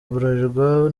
bralirwa